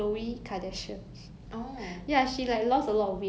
eh 很多人 accuse 她 of having plastic surgery eh